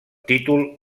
títol